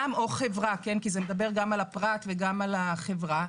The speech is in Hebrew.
חברה כי זה מדבר גם על הפרט וגם על חברה,